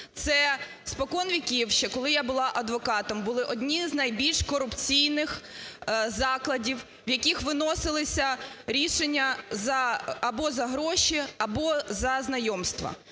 Це споконвіків, ще коли я була адвокатом, були одні з найбільш корупційних закладів, в яких виносилися рішення за... або за гроші, або за знайомства.